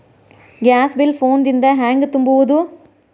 Gas bill phone ದಿಂದ ಹ್ಯಾಂಗ ತುಂಬುವುದು?